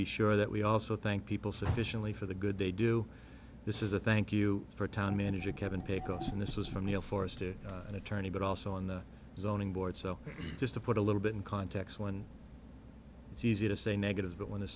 be sure that we also thank people sufficiently for the good they do this is a thank you for a town manager kevin pickles and this was from the air force to an attorney but also on the zoning board so just to put a little bit in context when it's easy to say negative but when